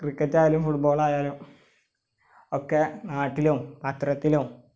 ക്രിക്കറ്റായാലും ഫുട്ബോളായാലും ഒക്കെ നാട്ടിലും പത്രത്തിലും